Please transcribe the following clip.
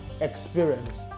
experience